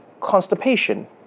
constipation